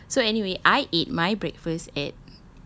ya okay so anyway I eat my breakfast at